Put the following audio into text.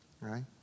right